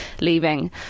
leaving